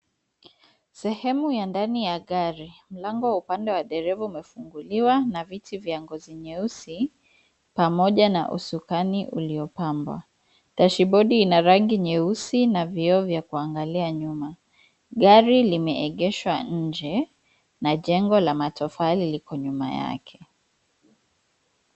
Sehemu ya ndani ya gari, mlango wa upande wa dereva umefunguliwa na viti vya ngozi nyeusi, pamoja na usukani uliopambwa, dashibodi ina rangi nyeusi na vioo vya kuangalia nyuma. Gari limeegeshwa nje, na jengo la matofali liko nyuma yake.